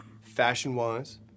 Fashion-wise